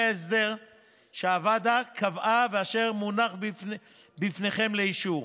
ההסדר שהוועדה קבעה ואשר מונח בפניכם לאישור: